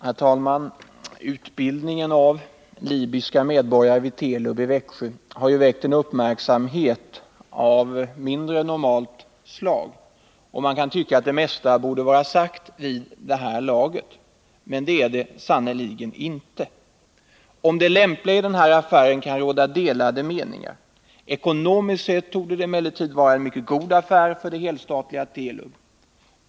Herr talman! Utbildningen av libyska medborgare vid Telub i Växjö har väckt en uppmärksamhet av mer än normal omfattning, och man kan tycka att det mesta borde vara sagt vid det här laget. Men det är det inte. Om det lämpliga i denna affär kan råda delade meningar. Ekonomiskt sett torde det emellertid vara en mycket god affär för det helstatliga Telub.